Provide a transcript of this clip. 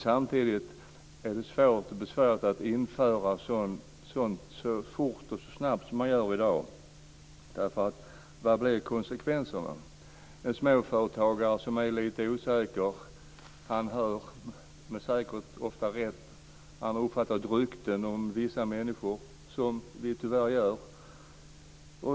Samtidigt är det besvärligt att införa det så snabbt som man gör i dag. Vad blir konsekvenserna? En småföretagare är lite osäker, säkert ofta med rätta. Han uppfattar rykten om vissa människor - som vi tyvärr gör.